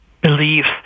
beliefs